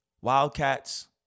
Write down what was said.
Wildcats